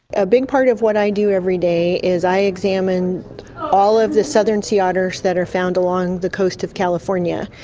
a big part of what i do every day is i examine all of the southern sea otters that are found along the coast of california.